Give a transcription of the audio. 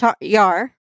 Yar